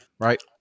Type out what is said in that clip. right